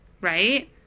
Right